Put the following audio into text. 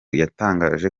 yatangaje